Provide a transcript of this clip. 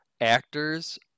actors